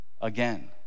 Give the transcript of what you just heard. again